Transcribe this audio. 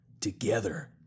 Together